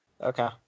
Okay